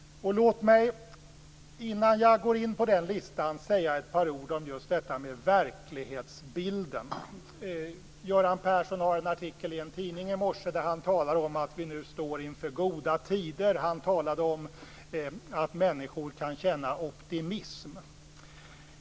Låt mig innan jag går in på den listan säga ett par ord om detta med verklighetsbilden. Göran Persson har en artikel i en tidning i dag där han talar om att vi nu står inför goda tider. Han talar om att människor kan känna optimism.